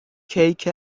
کیک